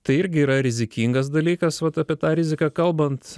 tai irgi yra rizikingas dalykas vat apie tą riziką kalbant